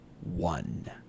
one